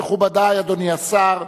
מכובדי, אדוני השר,